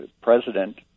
President